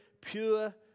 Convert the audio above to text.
pure